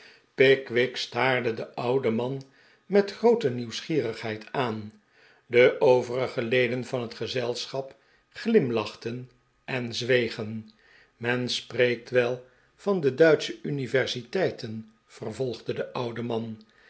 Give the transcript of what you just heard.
pickwick staarde den ouden man met groote nieuwsgierigheid aan de overige leden van het gezelschap glimlachten en zwegen men spreekt wel van de duitsche universiteiten vervolgde de oude man